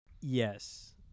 yes